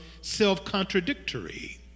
self-contradictory